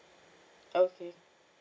okay